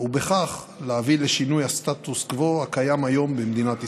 ובכך להביא לשינוי הסטטוס קוו הקיים היום במדינת ישראל.